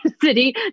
city